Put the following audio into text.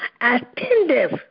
attentive